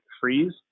freeze